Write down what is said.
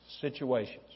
situations